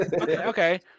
Okay